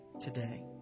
today